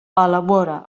elabora